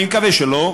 אני מקווה שלא,